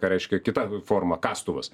ką reiškia kita forma kastuvas